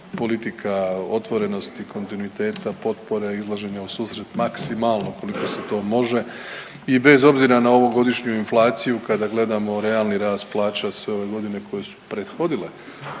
politika otvorenosti i kontinuiteta, potpore, izlaženja u susret maksimalno koliko se to može i bez obzira na ovogodišnju inflaciju, kada gledamo realni rast plaća sve ove godine koje su prethodile